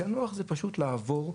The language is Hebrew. פענוח זה פשוט לעבור מהר,